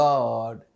God